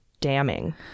damning